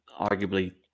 arguably